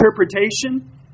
interpretation